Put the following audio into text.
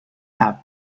have